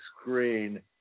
screen